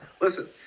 listen